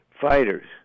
fighters